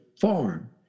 farm